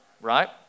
right